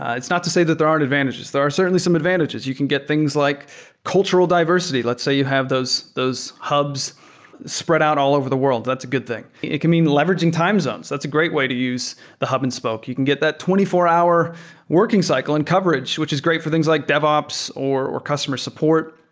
it's not to say that there aren't advantages. there are certainly some advantages. you can get things like cultural diversity. let's say you have those those hubs spread out all over the world. that's a good thing. it can mean leveraging time zones. that's a great way to use the hub and spoke. you can get that twenty four hour working cycle and coverage, which is great for things like devops or sed one thousand